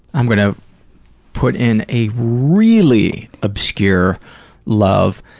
i'm going to put in a really obscure love,